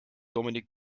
dominik